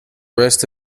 rest